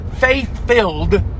faith-filled